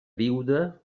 viuda